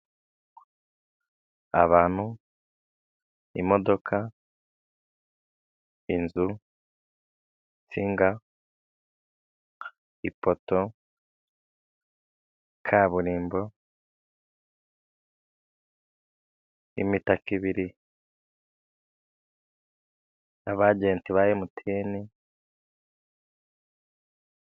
Abantu, imodoka, inzu ,nsinga, ipoto, kaburimbo, imitaka ibiri, n'abagenti ba emutiyeni.